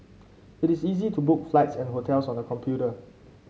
it is easy to book flights and hotels on the computer